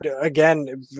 again